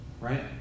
Right